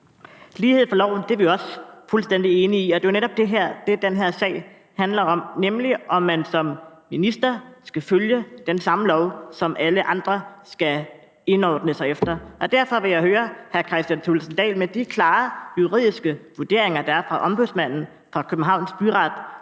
Lighed for loven – det er vi også fuldstændig enige i. Og det er jo netop det, den her sag handler om, nemlig om man som minister skal følge den samme lov, som alle andre skal indordne sig efter. Derfor vil jeg høre hr. Kristian Thulesen Dahl: Med de klare juridiske vurderinger, der er fra Ombudsmanden, fra Københavns Byret,